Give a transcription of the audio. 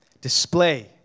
display